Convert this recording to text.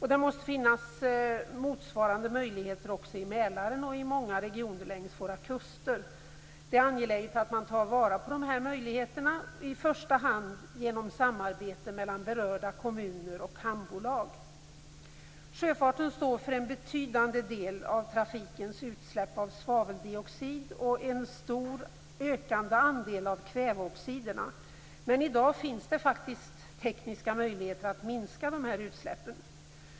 Motsvarande möjligheter måste också finnas i Mälaren och i många regioner längs våra kuster. Det är angeläget att ta till vara dessa möjligheter, i första hand genom samarbete mellan berörda kommuner och hamnbolag. Sjöfarten står för en betydande del av trafikens utsläpp av svaveldioxid och en stor och ökande andel av kväveoxiderna, men i dag finns det tekniska möjligheter att minska dessa utsläpp.